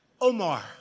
Omar